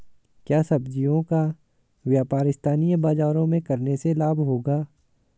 क्या सब्ज़ियों का व्यापार स्थानीय बाज़ारों में करने से लाभ होगा?